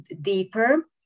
deeper